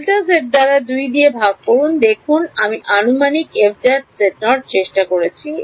delta Z দ্বারা 2 দিয়ে ভাগ করুন দেখুন দেখুন আমি আনুমানিক f ′ চেষ্টা করছি